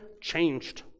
changed